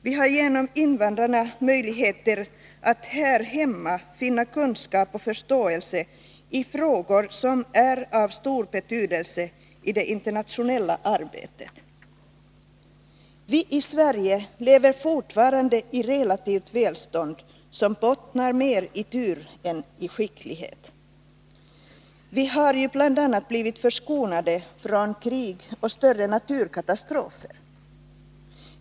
Vi har genom invandrarna möjligheter att här hemma finna kunskap och förståelse i frågor som är av stor betydelse i det internationella arbetet. Vi i Sverige lever fortfarande i relativt välstånd, som bottnar mer i tur än skicklighet. Vi har ju bl.a. blivit förskonade från krig och större naturkatastrofer.